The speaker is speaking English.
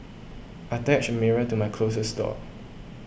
I attached a mirror to my closest door